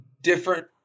different